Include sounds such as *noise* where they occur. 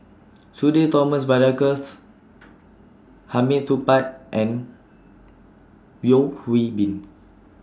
*noise* Sudhir Thomas Vadaketh Hamid Supaat and Yeo Hwee Bin